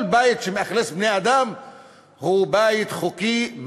כל בית שמאכלס בני-אדם הוא בית חוקי,